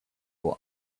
for